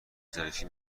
ظریفی